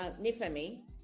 nifemi